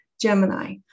Gemini